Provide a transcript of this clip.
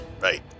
right